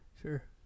Sure